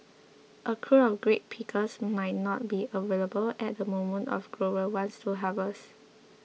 a crew of grape pickers might not be available at the moment a grower wants to harvest